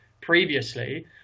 previously